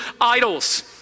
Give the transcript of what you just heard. idols